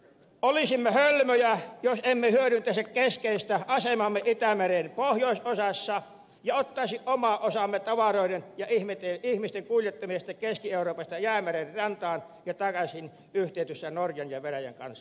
olisimme hölmöjä jos emme hyödyntäisi keskeistä asemaamme itämeren pohjoisosassa ja ottaisi omaa osaamme tavaroiden ja ihmisten kuljettamisesta keski euroopasta jäämeren rantaan ja takaisin yhteistyössä norjan ja venäjän kanssa